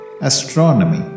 Astronomy